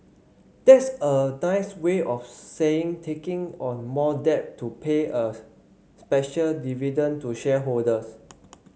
that's a nice way of saying taking on more debt to pay a special dividend to shareholders